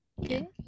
okay